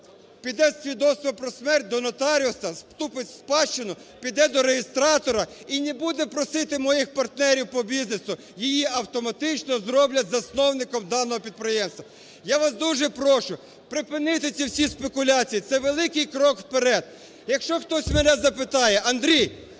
зі свідоцтвом про смерть до нотаріуса, вступить в спадщину, піде до реєстратора і не буде просити моїх партнерів по бізнесу – її автоматично зроблять засновником даного підприємства. Я вас дуже прошу припинити ці всі спекуляції. Це великий крок вперед. Якщо хтось мене запитає, Андрій,